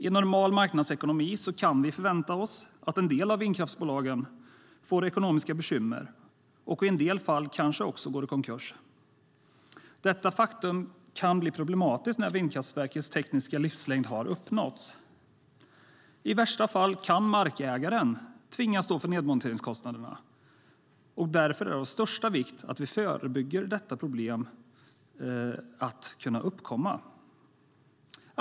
I en normal marknadsekonomi kan vi förvänta oss att en del av vindkraftsbolagen får ekonomiska bekymmer och i en del fall kanske också går i konkurs. Detta faktum kan bli problematiskt när vindkraftverkets tekniska livslängd har uppnåtts. I värsta fall kan markägaren tvingas stå för nedmonteringskostnaderna. Därför är det av största vikt att vi förebygger att detta problem kan uppkomma.